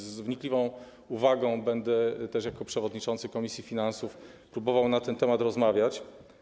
Z wnikliwą uwagą będę też jako przewodniczący komisji finansów próbował na ten temat rozmawiać.